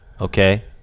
Okay